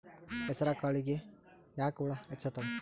ಹೆಸರ ಕಾಳುಗಳಿಗಿ ಯಾಕ ಹುಳ ಹೆಚ್ಚಾತವ?